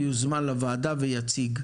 או אז הוא יוזמן לוועדה ויציג.